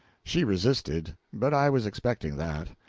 she resisted but i was expecting that.